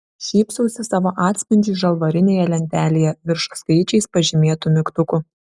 šypsausi savo atspindžiui žalvarinėje lentelėje virš skaičiais pažymėtų mygtukų